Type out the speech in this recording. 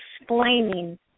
explaining